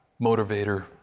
motivator